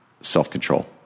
self-control